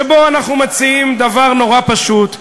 שבה אנחנו מציעים דבר נורא פשוט: